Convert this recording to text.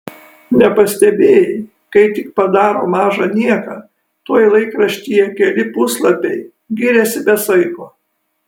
nepastebėjai kai tik padaro mažą nieką tuoj laikraštyje keli puslapiai giriasi be saiko